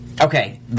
Okay